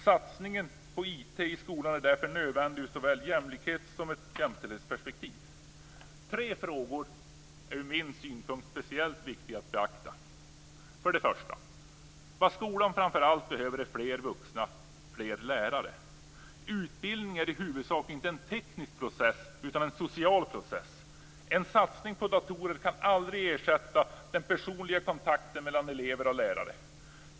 Satsningen på IT i skolan är därför nödvändig ur såväl ett jämlikhets som ett jämställdhetsperspektiv. Tre frågor är från min synpunkt speciellt viktiga att beakta. För det första: Vad skolan framför allt behöver är fler vuxna, fler lärare. Utbildning är i huvudsak inte en teknisk process utan en social process. En satsning på datorer kan aldrig ersätta den personliga kontakten mellan elever och lärare.